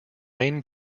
rain